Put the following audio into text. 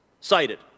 cited